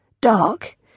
dark